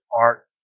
art